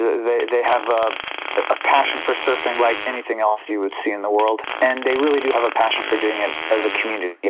they they have ah a passion for surfing like anything else you would see in the world, and they really do have a passion to doing it as a community. you